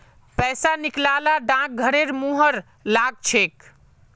पैसा निकला ल डाकघरेर मुहर लाग छेक